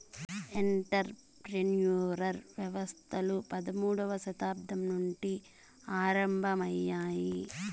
enter ప్రెన్యూర్ వ్యవస్థలు పదమూడవ శతాబ్దం నుండి ఆరంభమయ్యాయి